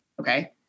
Okay